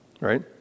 Right